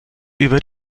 über